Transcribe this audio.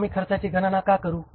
आम्ही खर्चाची गणना का करू